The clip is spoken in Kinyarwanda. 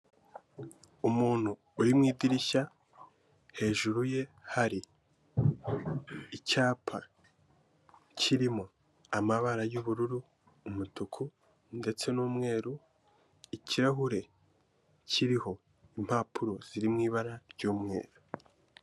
Umuntu uri mu idirishya hejuru ye hari icyapa kirimo amabara y'ubururu n'umutuku ndetse n'umweru, ikirahure kiriho impapuro ziri mu ibara ry'umweru.